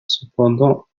cependant